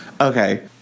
Okay